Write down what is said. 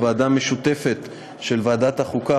בוועדה משותפת של ועדת החוקה,